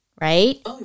right